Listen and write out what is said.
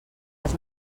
els